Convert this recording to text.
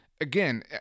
Again